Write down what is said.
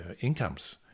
incomes